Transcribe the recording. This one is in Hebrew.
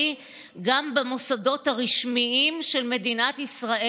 גם במוסדות הרשמיים של מדינת ישראל.